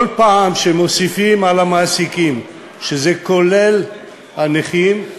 כל פעם שמוסיפים על המעסיקים, שזה כולל הנכים,